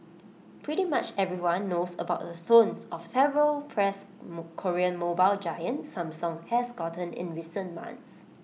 pretty much everyone knows about the tonnes of terrible press Korean mobile giant Samsung has gotten in recent months